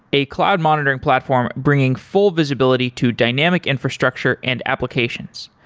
a cloud monitoring platform bringing full visibility to dynamic infrastructure and applications.